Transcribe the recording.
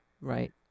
Right